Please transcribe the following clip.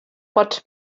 pots